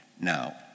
Now